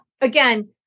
again